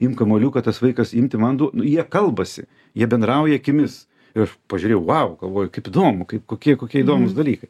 imk kamuoliuką tas vaikas imti man du jie kalbasi jie bendrauja akimis ir aš pažiūrėjau vau galvoju kaip įdomu kaip kokie kokie įdomūs dalykai